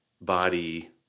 body